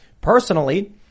Personally